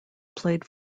played